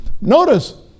Notice